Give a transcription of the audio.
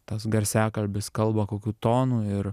tas garsiakalbis kalba kokiu tonu ir